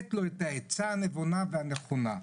לתת לו את העצה הנבונה ונכונה.